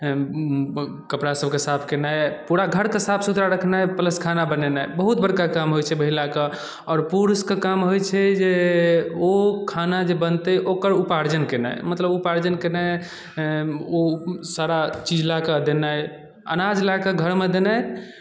कपड़ासभके साफ केनाइ पूरा घरके साफ सुथरा रखनाइ प्लस खाना बनेनाइ बहुत बड़का काम होइ छै महिलाके आओर पुरुषके काम होइ छै जे ओ खाना जे बनतै ओकर उपार्जन केनाइ मतलब उपार्जन केनाइ ओ सारा चीज लऽ कऽ देनाइ अनाज ला कऽ घरमे देनाइ